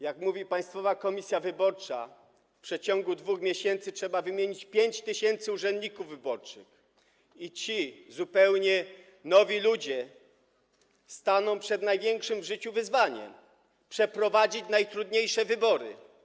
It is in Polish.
Jak mówi Państwowa Komisja Wyborcza, w przeciągu 2 miesięcy trzeba wymienić 5 tys. urzędników wyborczych i ci zupełnie nowi ludzi staną przed największym w życiu wyzwaniem, by przeprowadzić najtrudniejsze wybory.